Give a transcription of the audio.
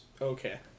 Okay